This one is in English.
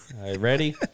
Ready